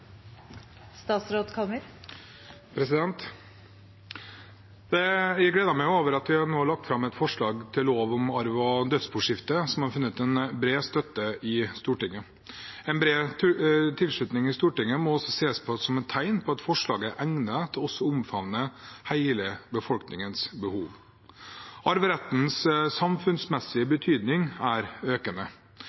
til lov om arv og dødsboskifte som har funnet bred støtte i Stortinget. En bred tilslutning i Stortinget må ses på som et tegn på at forslaget er egnet til også å omfavne hele befolkningens behov. Arverettens samfunnsmessige betydning er økende.